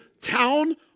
town